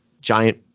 giant